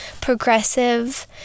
progressive